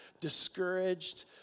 discouraged